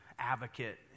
advocate